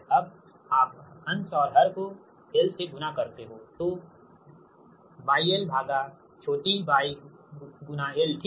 अब आप अंश और हर को l से गुणा करते हो तो Yly lठीक